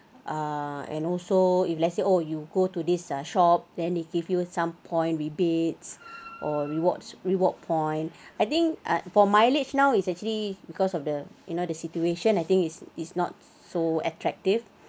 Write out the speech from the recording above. err and also if let's say oh you go to this ah shop then they give you some point rebates or rewards reward point I think ah for mileage now is actually because of the you know the situation I think is is not so attractive